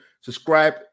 subscribe